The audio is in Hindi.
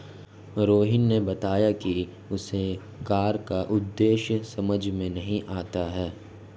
रोहिणी ने बताया कि उसे कर का उद्देश्य समझ में नहीं आता है